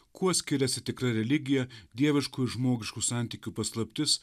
kuo skiriasi tikra religija dieviškų ir žmogiškų santykių paslaptis